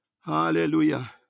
Hallelujah